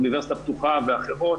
אוניברסיטה פתוחה ואחרות,